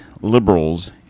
liberals